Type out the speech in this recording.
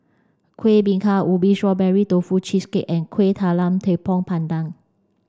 Kueh Bingka Ubi strawberry Tofu cheesecake and Kueh Talam Tepong Pandan